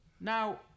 Now